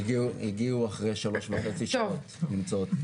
הגיעו אחרי שלוש וחצי שעות, למצוא אותי.